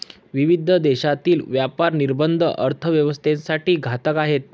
विविध देशांतील व्यापार निर्बंध अर्थव्यवस्थेसाठी घातक आहेत